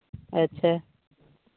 ᱟᱪᱪᱷᱟ